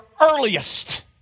earliest